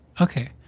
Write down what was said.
okay